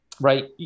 Right